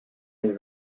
n’est